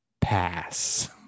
Pass